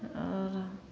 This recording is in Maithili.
आओर